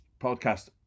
podcast